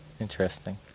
interesting